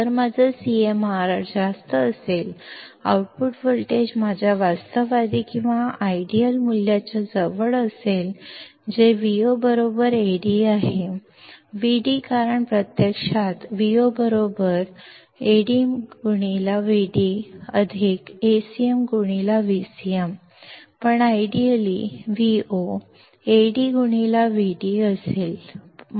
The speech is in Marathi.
जर माझा CMRR जास्त असेल आउटपुट व्होल्टेज माझ्या वास्तववादी किंवा आदर्श मूल्याच्या जवळ असेल जे Vo Ad आहे Vd कारण प्रत्यक्षात Vo AdVdAcmVcm पण आदर्शतः Vo AdVd असेल